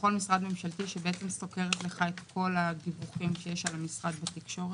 לכל משרד ממשלתי שסוקרת לך את כל הדיווחים שיש על משרד בתקשורת.